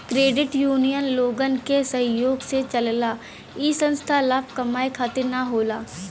credit union लोगन के सहयोग से चलला इ संस्था लाभ कमाये खातिर न होला